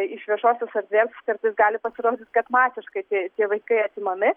iš viešosios erdvės kartais gali pasirodyt kad masiškai tie tie vaikai atimami